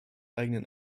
eigenen